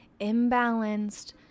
imbalanced